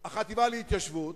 החטיבה להתיישבות,